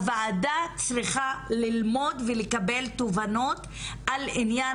הוועדה צריכה ללמוד ולקבל תובנות על עניין